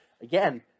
again